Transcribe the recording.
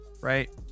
right